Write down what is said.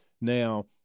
Now